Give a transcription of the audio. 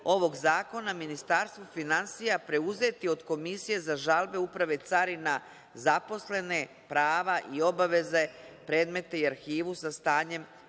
ovog zakona Ministarstvo finansija preuzeti od Komisije za žalbe Uprave carina zaposlene, prava i obaveze, predmete i arhivu sa stanjem